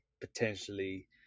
potentially